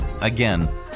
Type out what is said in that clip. Again